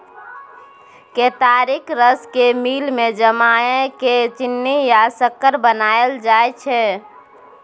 केतारीक रस केँ मिल मे जमाए केँ चीन्नी या सक्कर बनाएल जाइ छै